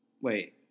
Wait